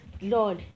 Lord